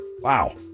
Wow